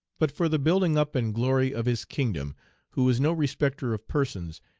but for the building up and glory of his kingdom who is no respecter of persons,